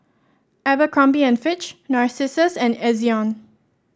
Abercrombie and Fitch Narcissus and Ezion